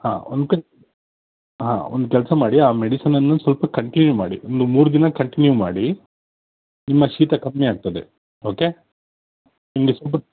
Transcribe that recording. ಹಾಂ ಒಂದು ಕೆ ಹಾಂ ಒಂದು ಕೆಲಸ ಮಾಡಿ ಆ ಮೆಡಿಸಿನನ್ನು ಸ್ವಲ್ಪ ಕಂಟಿನ್ಯೂ ಮಾಡಿ ಒಂದು ಮೂರು ದಿನ ಕಂಟಿನ್ಯೂ ಮಾಡಿ ನಿಮ್ಮ ಶೀತ ಕಮ್ಮಿ ಆಗ್ತದೆ ಓಕೆ ನಿಮಗೆ ಸ್ವಲ್ಪ